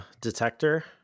detector